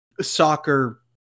soccer